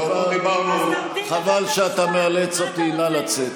חבל, חבל שאתה מאלץ אותי, נא לצאת.